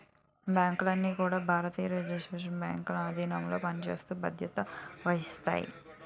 బ్యాంకులన్నీ కూడా భారతీయ రిజర్వ్ బ్యాంక్ ఆధీనంలో పనిచేస్తూ బాధ్యత వహిస్తాయి